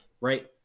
right